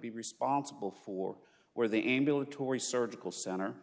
be responsible for where the ambulatory surgical center